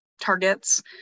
targets